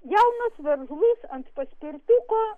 jaunas veržlus ant paspirtuko